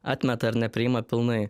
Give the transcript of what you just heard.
atmeta ir nepriima pilnai